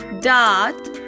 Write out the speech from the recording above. Dot